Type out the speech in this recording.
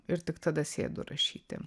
ir tik tada sėdu rašyti